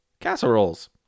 casseroles